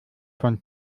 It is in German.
von